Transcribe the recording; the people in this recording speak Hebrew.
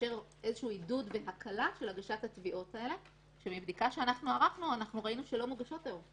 לאפשר איזה שהוא עידוד והקלה של הגשת התביעות האלו שלא מוגשות היום.